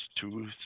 two